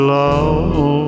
love